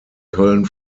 köln